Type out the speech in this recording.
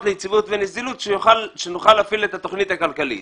ליציבות ונזילות כדי שנוכל להפעיל את התכנית הכלכלית.